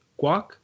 guac